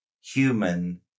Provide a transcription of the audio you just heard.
human